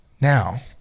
Now